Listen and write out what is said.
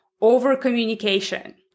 over-communication